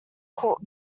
court